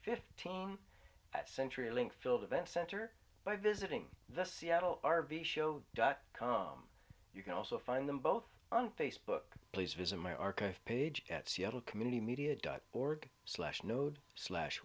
fifteen at century link field event center by visiting the seattle r v show dot com you can also find them both on facebook please visit my archive page at seattle community media dot org slash node slash